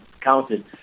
counted